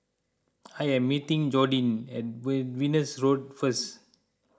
I am meeting Jordin at Venus Road first